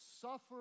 suffer